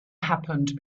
happened